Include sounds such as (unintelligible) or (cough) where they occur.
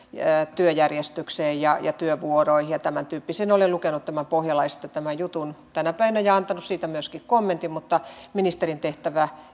työjärjestykseen ja ja työvuoroihin ja tämäntyyppisiin olen lukenut pohjalaisesta tämän jutun tänä päivänä ja antanut siitä myöskin kommentin mutta ministerin tehtävä (unintelligible)